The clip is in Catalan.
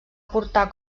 portar